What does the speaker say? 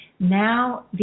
Now